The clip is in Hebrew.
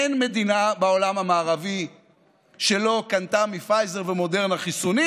אין מדינה בעולם המערבי שלא קנתה מפייזר ומודרנה חיסונים.